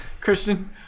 Christian